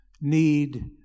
need